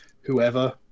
whoever